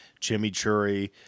chimichurri